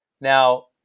Now